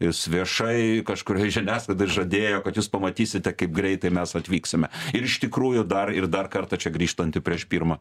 jis viešai kažkur žiniasklaidai žadėjo kad jūs pamatysite kaip greitai mes atvyksime ir iš tikrųjų dar ir dar kartą čia grįžtant į prieš pirmą